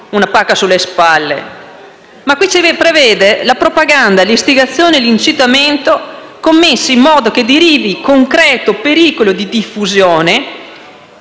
una pacca sulle spalle;